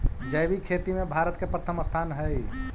जैविक खेती में भारत के प्रथम स्थान हई